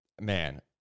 Man